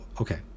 okay